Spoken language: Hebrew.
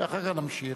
ואחר כך נמשיך.